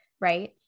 right